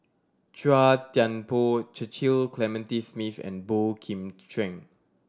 Chua Thian Poh Cecil Clementi Smith and Boey Kim Cheng